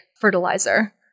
fertilizer